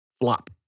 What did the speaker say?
flop